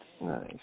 Nice